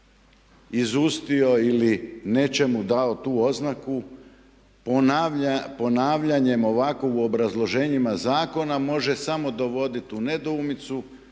izustio ili nečemu dao tu oznaku ponavljanjem ovakvo u obrazloženjima zakona može samo dovoditi u nedoumicu.